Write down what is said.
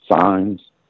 signs